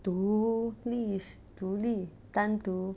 独立独立单独